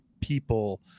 people